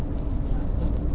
ya betul